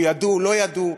ידעו לא ידעו,